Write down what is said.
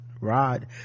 rod